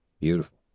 Beautiful